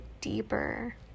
deeper